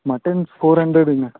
mutton four ஹண்ட்ரெடுங்க